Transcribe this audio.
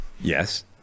Yes